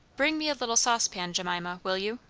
bring me a little saucepan, jemima, will you?